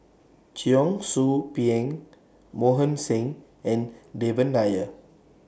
Cheong Soo Pieng Mohan Singh and Devan Nair